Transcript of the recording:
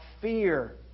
fear